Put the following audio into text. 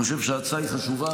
אני חושב שההצעה היא חשובה,